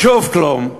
ושוב כלום,